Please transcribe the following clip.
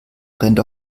brennt